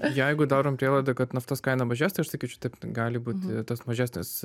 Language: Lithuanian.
jeigu darom prielaidą kad naftos kaina mažės tai aš sakyčiau taip gali būti tas mažesnis